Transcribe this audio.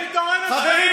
חברים,